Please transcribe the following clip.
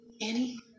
Annie